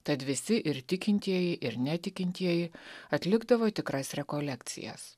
tad visi ir tikintieji ir netikintieji atlikdavo tikras rekolekcijas